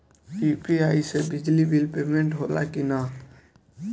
UPI से बिजली bill payment होला कि न?